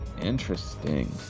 Interesting